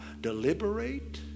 deliberate